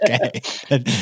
Okay